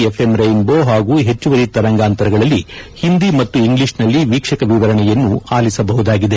FM rainbow ಹಾಗೂ ಹೆಚ್ಚುವರಿ ತರಾಂಗಾಂತರಗಳಲ್ಲಿ ಹಿಂದಿ ಮತ್ತು ಇಂಗ್ಲಿಷ್ನಲ್ಲಿ ವೀಕ್ಷಕ ವಿವರಣೆಯನ್ನು ಆಲಿಸಬಹುದಾಗಿದೆ